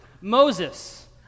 Moses